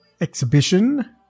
exhibition